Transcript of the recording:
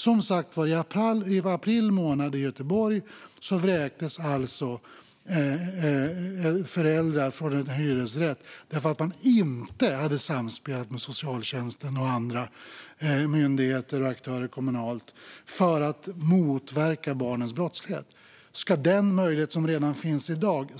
Som sagt: I Göteborg vräktes i april månad föräldrar från en hyresrätt därför att de inte hade samspelat med socialtjänsten och andra myndigheter och kommunala aktörer för att motverka barnens brottslighet. Ska den möjligheten, som redan finns i dag,